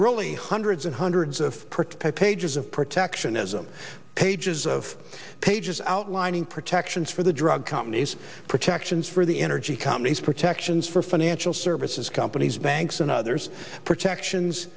really hundreds and hundreds of protect pages of protectionism pages of pages outlining protections for the drug companies protections for the energy companies protections for financial services companies banks and others protections